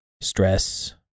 stress